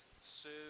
serve